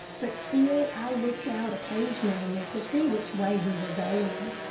but still i looked out occasionally to see which way we were going.